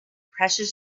precious